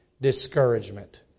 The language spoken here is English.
discouragement